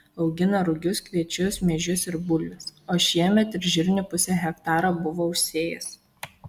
augina rugius kviečius miežius ir bulves o šiemet ir žirnių pusę hektaro buvo užsėjęs